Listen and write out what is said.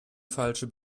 falsche